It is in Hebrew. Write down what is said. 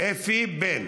אֶפִיפן,